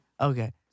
Okay